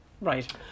Right